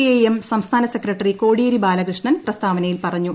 I M സംസ്ഥാന secretary Kodiyeri Balakrishnan പ്രസ്താവനയിൽ പറഞ്ഞു